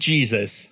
Jesus